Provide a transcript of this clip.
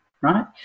right